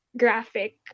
graphic